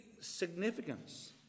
significance